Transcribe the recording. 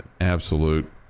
absolute